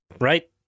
Right